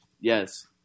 Yes